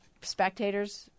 spectators